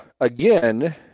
again